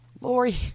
Lori